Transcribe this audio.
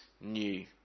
new